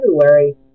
February